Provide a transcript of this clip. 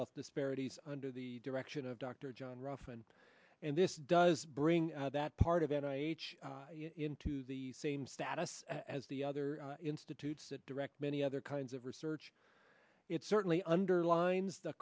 health disparities under the direction of dr john ruff and and this does bring that part of it into the same status as the other institutes that direct many other kinds of research it certainly underlines the